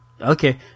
Okay